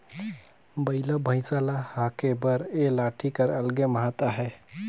बइला भइसा ल हाके बर ए लाठी कर अलगे महत अहे